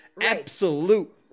absolute